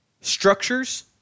structures